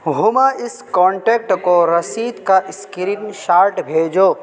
ہما اس کانٹیکٹ کو رسید کا اسکرین شاٹ بھیجو